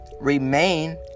remain